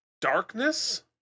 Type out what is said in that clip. darkness